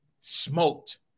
smoked